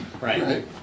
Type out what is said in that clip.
Right